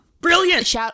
Brilliant